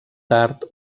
tard